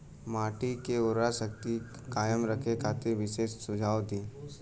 मिट्टी के उर्वरा शक्ति कायम रखे खातिर विशेष सुझाव दी?